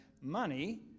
money